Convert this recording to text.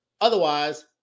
Otherwise